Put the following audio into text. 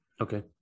Okay